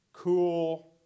cool